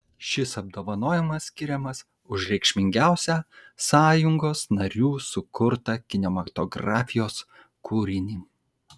šis apdovanojimas skiriamas už reikšmingiausią sąjungos narių sukurtą kinematografijos kūrinį